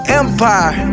empire